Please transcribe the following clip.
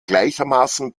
gleichermaßen